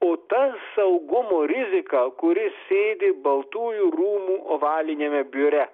o ta saugumo rizika kuri sėdi baltųjų rūmų ovaliniame biure